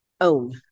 own